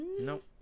nope